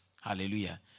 Hallelujah